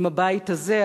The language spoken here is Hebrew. עם הבית הזה,